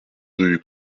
rue